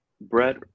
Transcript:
Brett